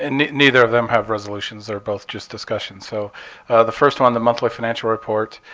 and neither of them have resolutions. they're both just discussions. so the first one, the monthly financial report.